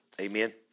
Amen